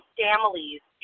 families